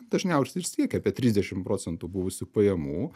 dažniausiai ir siekia apie trisdešim procentų buvusių pajamų